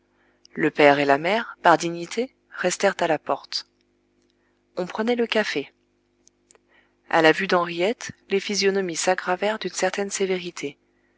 le père et la mère par dignité restèrent à la porte on prenait le café à la vue d'henriette les physionomies s'aggravèrent d'une certaine sévérité